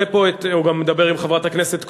הוא גם מדבר עם חברת הכנסת קול,